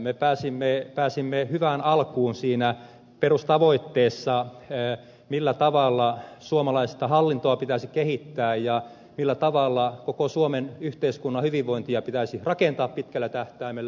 me pääsimme hyvään alkuun siinä perustavoitteessa millä tavalla suomalaista hallintoa pitäisi kehittää ja millä tavalla koko suomen yhteiskunnan hyvinvointia pitäisi rakentaa pitkällä tähtäimellä